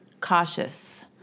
cautious